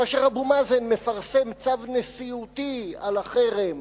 כאשר אבו מאזן מפרסם צו נשיאותי על החרם